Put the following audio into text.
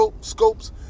Scopes